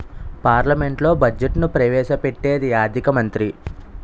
పార్లమెంట్లో బడ్జెట్ను ప్రవేశ పెట్టేది ఆర్థిక మంత్రి